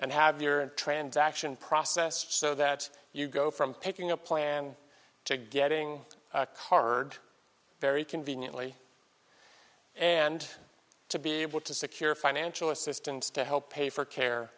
and have your transaction process so that you go from picking a plan to getting a card very conveniently and to be able to secure financial assistance to help pay for care